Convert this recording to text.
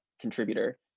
contributor